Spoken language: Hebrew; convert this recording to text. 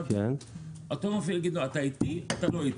אותו מפעיל יגיד לו שהוא איתו או הוא לא איתו.